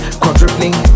quadrupling